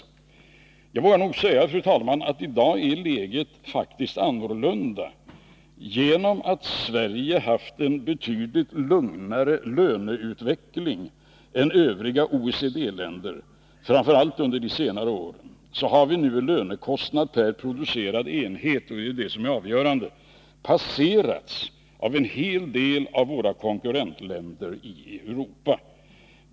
Jag vågar nog säga, fru talman, att läget i dag faktiskt är annorlunda. Genom att Sverige haft en betydligt lugnare löneutveckling än övriga OECD-länder, framför allt under de senare åren, har vi nu en lönekostnad per producerad enhet — och det är det avgörande —som passerats av en hel del av våra konkurrentländer i Europa.